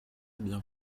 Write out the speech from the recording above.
bien